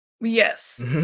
yes